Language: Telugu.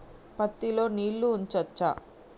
పత్తి లో నీళ్లు ఉంచచ్చా?